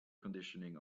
conditioning